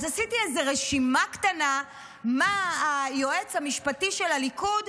אז עשיתי איזה רשימה קטנה ליועץ המשפטי של הליכוד,